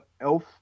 Elf